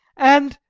and,